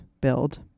build